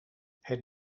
het